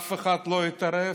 אף אחד לא התערב,